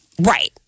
Right